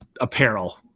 apparel